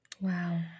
Wow